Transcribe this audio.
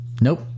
Nope